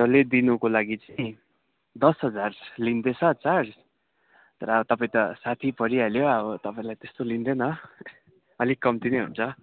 डल्लै दिनुको लागि चाहिँ दस हजार लिँदै छ चार्ज तर आ तपाईँ त साथी परिहाल्यो अब तपाईँलाई त्यस्तो लिँदैन अलिक कम्ती नै हुन्छ